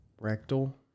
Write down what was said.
Rectal